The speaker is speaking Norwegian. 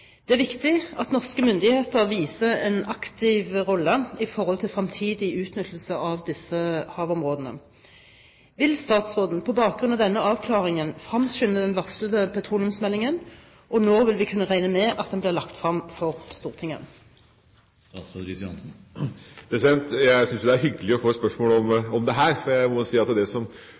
Det er viktig at norske myndigheter viser en aktiv rolle i forhold til fremtidig utnyttelse av disse havområdene. Vil statsråden på bakgrunn av denne avklaringen fremskynde den varslede petroleumsmeldingen, og når vil vi kunne regne med at den blir lagt frem for Stortinget?» Jeg syns jo det er hyggelig å få et spørsmål om dette, for jeg må si at det